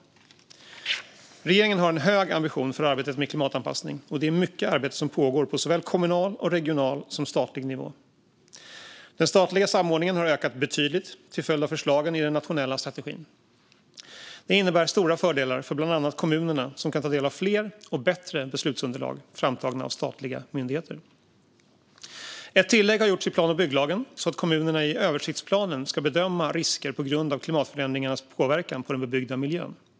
Regeringen har en hög ambition för arbetet med klimatanpassning, och det är mycket arbete som pågår på såväl kommunal och regional som statlig nivå. Den statliga samordningen har ökat betydligt till följd av förslagen i den nationella strategin. Det innebär stora fördelar för bland annat kommunerna, som kan ta del av fler och bättre beslutsunderlag framtagna av statliga myndigheter. Ett tillägg har gjorts i plan och bygglagen, så att kommunerna i översiktsplanen ska bedöma risker på grund av klimatförändringarnas påverkan på den bebyggda miljön.